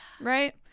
Right